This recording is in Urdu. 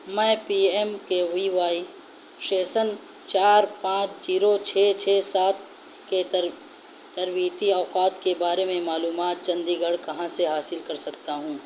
میں P M K V Y شیسن چار پانچ جیرو چھ چھ سات کے تر تربیتی اوقات کے بارے میں معلومات چندی گڑھ کہاں سے حاصل کر سکتا ہوں